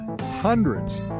hundreds